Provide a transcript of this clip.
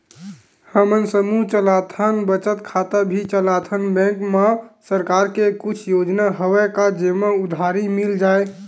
हमन समूह चलाथन बचत खाता भी चलाथन बैंक मा सरकार के कुछ योजना हवय का जेमा उधारी मिल जाय?